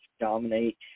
dominate